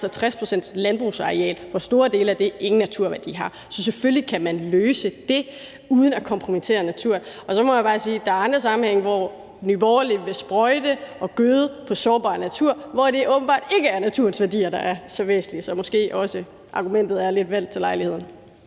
pct. landbrugsareal, hvor store dele ingen naturværdi har. Så selvfølgelig kan man løse det uden at kompromittere naturen. Så må jeg bare sige, at der er andre sammenhænge, hvor Nye Borgerlige vil sprøjte og gøde i sårbar natur, hvor det åbenbart ikke er naturens værdier, der er så væsentlige. Så måske er argumentet også lidt valgt til lejligheden.